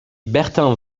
bertin